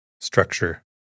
Structure